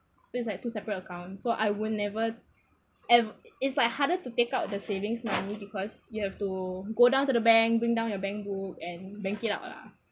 so it's like two separate account so I would never ever is like harder to take out the savings only because you have to go down to the bank bring down your bank book and bank it out lah